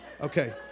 Okay